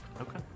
Okay